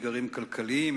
אתגרים כלכליים,